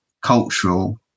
cultural